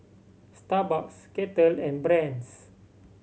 Starbucks Kettle and Brand's